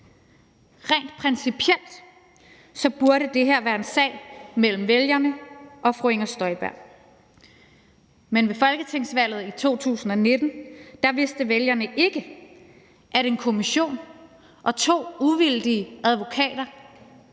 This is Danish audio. Rent principielt burde det her være en sag mellem vælgerne og fru Inger Støjberg, men ved folketingsvalget i 2019 vidste vælgerne ikke, at en kommission og to uvildige advokater